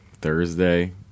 Thursday